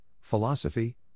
philosophy